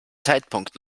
zeitpunkt